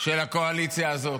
של הקואליציה הזאת.